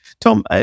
Tom